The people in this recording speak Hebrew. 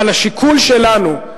אבל השיקול שלנו,